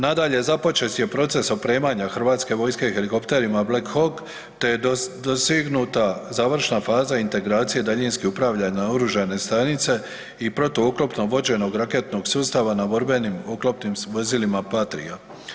Nadalje započet je proces opremanja Hrvatske vojske helikopterima Black Hawk te je dosegnuta završna faza integracije daljinski upravljane oružane stanice i protuoklopno vođenog raketnog sustava na borbenim oklopnim vozilima Patria.